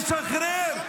תשחרר את שני העמים ממך.